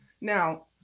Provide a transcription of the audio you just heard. Now